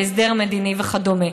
בהסדר מדיני וכדומה.